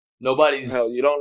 Nobody's –